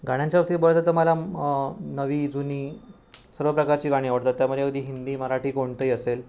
गाण्यांच्या बाबतीत बोलायचं तर मला नवी जुनी सर्व प्रकारची गाणी आवडतात त्यामध्ये अगदी हिंदी मराठी कोणतंही असेल